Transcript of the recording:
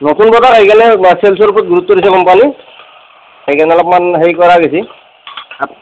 নতুন প্ৰডাক্ট আহি গেলে চেল্চৰ ওপ্ৰত গুৰুত্ব দিছে কোম্পানী সেইকাৰণে অলপমান হেৰি কৰা গৈছি